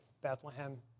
Bethlehem